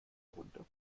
runde